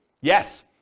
Yes